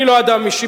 אני לא אדם אישי,